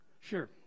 Sure